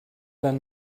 than